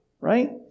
right